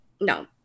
no